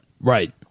Right